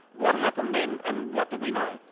what happened then and what did we know?